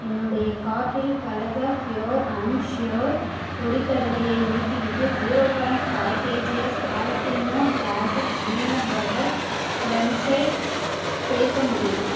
என்னுடைய கார்ட்டில் பலதா ப்யூர் அண்ட் ஷுர் பொரி கடலையை நீக்கிவிட்டு zero point five KGs Alpino classic peanut butter கிரன்ச்சை சேர்க்க முடியுமா